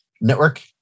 network